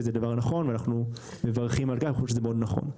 זה דבר נכון; אנחנו מברכים על כך וחושבים שזה מאוד נכון.